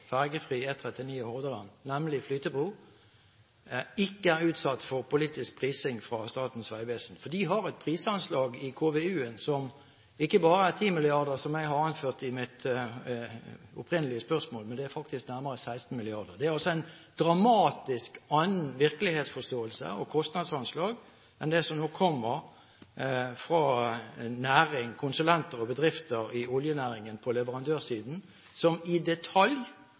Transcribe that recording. Hordaland, nemlig flytebro, ikke er utsatt for politisk prising fra Statens vegvesen. De har et prisanslag i konseptutvalgutredningen, KVU-en, som ikke bare er 10 mrd. kr, som jeg har anført i mitt opprinnelige spørsmål, men det er faktisk nærmere 16 mrd. kr. Det er altså en dramatisk annen virkelighetsforståelse og et annet kostnadsanslag enn det som nå kommer fra næringen, konsulenter og bedrifter i oljenæringen på leverandørsiden, som i detalj